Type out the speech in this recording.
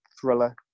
thriller